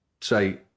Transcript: say